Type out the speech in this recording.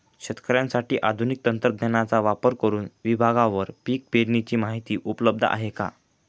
शेतकऱ्यांसाठी आधुनिक तंत्रज्ञानाचा वापर करुन विभागवार पीक पेरणीची माहिती उपलब्ध आहे का?